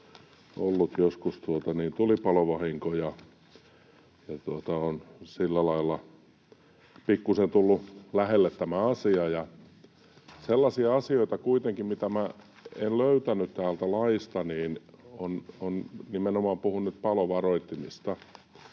joskus tulipalovahinkoja, ja on sillä lailla pikkuisen tullut lähelle tämä asia. Kuitenkin sellaisia asioita, mitä minä en löytänyt täältä laista — nimenomaan puhun nyt palovaroittimista